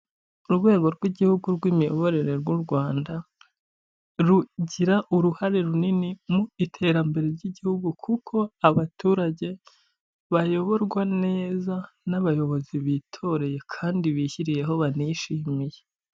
Urwego rw'igihugu rw'imiyoborere rw'u Rwanda, rugira uruhare runini mu iterambere ry'igihugu kuko abaturage bayoborwa neza n'abayobozi bitoreye kandi bishyiriyeho banishimiye.